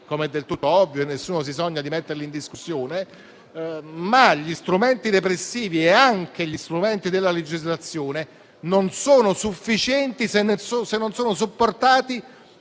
ciò è del tutto ovvio e nessuno si sogna di metterli in discussione. Gli strumenti repressivi e gli strumenti della legislazione non sono però sufficienti se non supportati